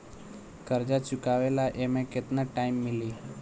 कर्जा चुकावे ला एमे केतना टाइम मिली?